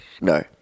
No